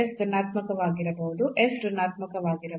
S ಧನಾತ್ಮಕವಾಗಿರಬಹುದು s ಋಣಾತ್ಮಕವಾಗಿರಬಹುದು